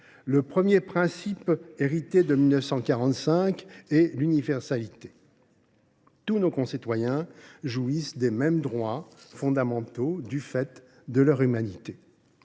Le premier principe hérité de 1945 est l’universalité : tous nos concitoyens jouissent des mêmes droits fondamentaux du fait de leur humanité.